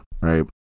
Right